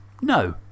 No